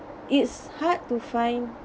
it's hard to find